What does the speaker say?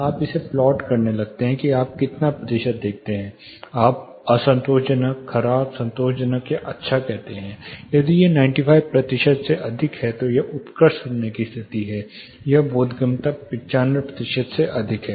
आप इसे प्लॉट करने लगते हैं कि आप कितना प्रतिशत देखते हैं आप असंतोषजनक खराब संतोषजनक या अच्छा कहते हैं या यदि यह 95 प्रतिशत से अधिक है तो यह एक उत्कृष्ट सुनने की स्थिति है यह बोधगम्यता 95 प्रतिशत से अधिक है